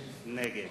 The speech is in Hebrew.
נגד